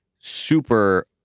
super